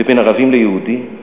ובין ערבים ליהודים?